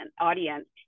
audience